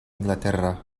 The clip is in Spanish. inglaterra